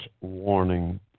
warning